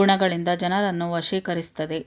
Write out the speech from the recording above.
ಗುಣಗಳಿಂದ ಜನರನ್ನು ವಶೀಕರಿಸ್ತದೆ